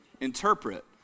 Interpret